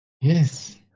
Yes